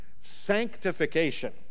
sanctification